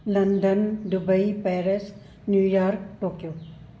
London Dubai Paris New York Tokyo